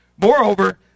Moreover